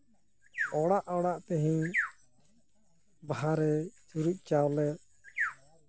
ᱚᱲᱟᱜ ᱚᱲᱟᱜ ᱛᱮᱦᱤᱧ ᱵᱟᱦᱟᱨᱮ ᱪᱩᱨᱩᱪ ᱪᱟᱣᱞᱮ